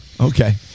Okay